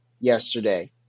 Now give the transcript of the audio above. yesterday